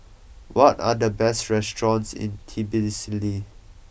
what are the best restaurants in Tbilisi